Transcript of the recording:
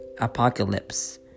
Apocalypse